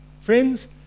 Friends